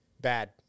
Bad